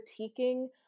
critiquing